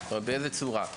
באיזו צורה?